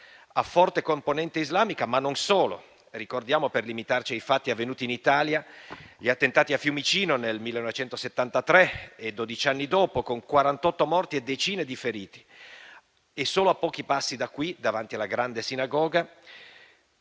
a forte componente islamica, ma non solo. Ricordiamo - per limitarci ai fatti avvenuti in Italia - gli attentati a Fiumicino nel 1973 e, dodici anni dopo, con 48 morti e decine di feriti, e solo a pochi passi da qui, davanti alla grande sinagoga,